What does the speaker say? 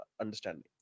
understanding